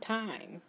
time